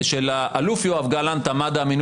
על סדר-היום המינוי של האלוף יואב גלנט לרמטכ"ל,